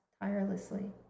tirelessly